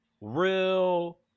real